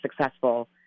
successful